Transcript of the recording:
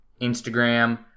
Instagram